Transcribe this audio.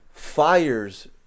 fires